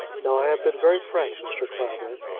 now i have been very frank, mr. clavering,